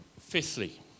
fifthly